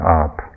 up